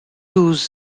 douze